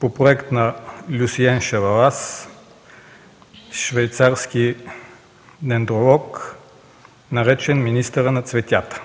по проект на Люсиен Шевалас – швейцарски дендролог, наречен „министъра на цветята”.